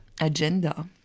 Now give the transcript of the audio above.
agenda